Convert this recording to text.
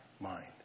mind